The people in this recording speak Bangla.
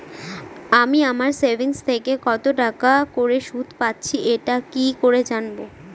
আমি আমার সেভিংস থেকে কতটাকা করে সুদ পাচ্ছি এটা কি করে জানব?